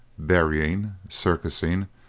berrying, circusing,